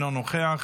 אינו נוכח,